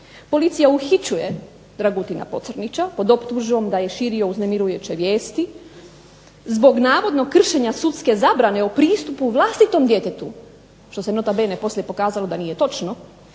policija uhićuje Dragutina Pocrnjića pod optužbom da je širo uznemirujuće vijesti, zbog navodno kršenja sudske zabrane o pristupu vlastitom djetetu, što se nota bene poslije pokazalo da nije točno,